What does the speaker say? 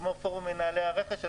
כמו פורום מנהלי הרכש,